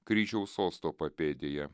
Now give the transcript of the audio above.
kryžiaus sosto papėdėje